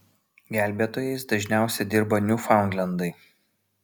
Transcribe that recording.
gelbėtojais dažniausiai dirba niūfaundlendai